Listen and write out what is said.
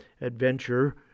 adventure